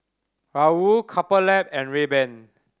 Raoul Couple Lab and Rayban